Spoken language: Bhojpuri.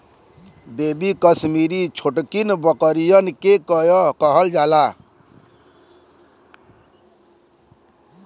बेबी कसमीरी छोटकिन बकरियन के कहल जाला